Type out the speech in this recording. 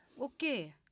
Okay